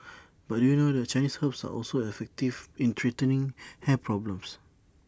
but do you know that Chinese herbs are also effective in treating hair problems